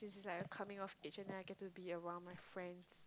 like a coming of age and then I get to be around my friends